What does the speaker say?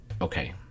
Okay